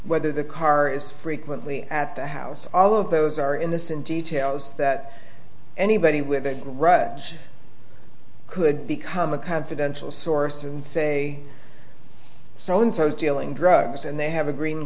whether the car is frequently at the house all of those are in this in details that anybody with a grudge could become a confidential source and say so and so is dealing drugs and they have a green